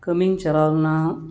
ᱠᱟᱹᱢᱤᱧ ᱪᱟᱞᱟᱣ ᱞᱮᱱᱟ